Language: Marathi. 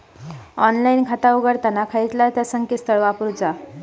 ऑनलाइन खाता उघडताना खयला ता संकेतस्थळ वापरूचा?